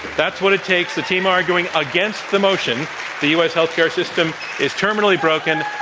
that's what it takes. the team arguing against the motion the u. s. healthcare system is terminally broken,